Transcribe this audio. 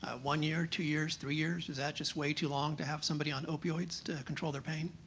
ah one year? two years? three years? is that just way too long to have somebody on opioids to control their pain?